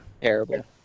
terrible